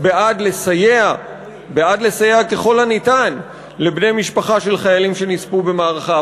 בעד לסייע ככל האפשר לבני משפחה של חיילים שנספו במערכה,